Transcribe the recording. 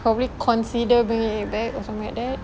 probably consider bringing it back or something like that